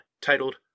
titled